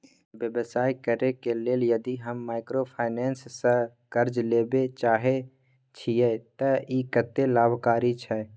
व्यवसाय करे के लेल यदि हम माइक्रोफाइनेंस स कर्ज लेबे चाहे छिये त इ कत्ते लाभकारी छै?